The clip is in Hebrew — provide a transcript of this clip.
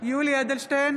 לבקשת הממשלה.